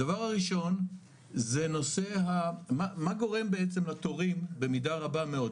הדבר הראשון זה מה גורם בעצם לתורים במידה רבה מאוד.